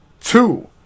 Two